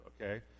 okay